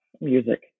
music